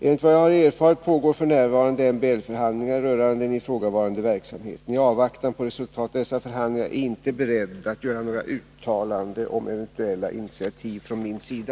Enligt vad jag har erfarit pågår f.n. MBL-förhandlingar rörande den ifrågavarande verksamheten. I avvaktan på resultatet av dessa förhandlingar är jag inte beredd att göra något uttalande om eventuella initiativ från min sida.